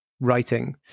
writing